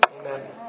Amen